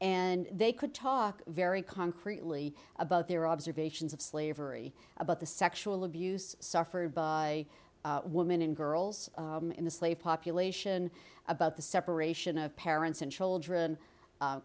and they could talk very concretely about their observations of slavery about the sexual abuse suffered by woman and girls in the slave population about the separation of parents and children